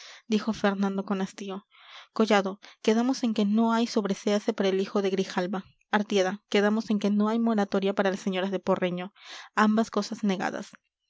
dijo fernando con hastío collado quedamos en que no hay sobreséase para el hijo de grijalva artieda quedamos en que no hay moratoria para las señoras de porreño ambas cosas negadas